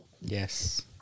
Yes